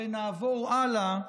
ונעבור הלאה,